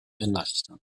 erleichtern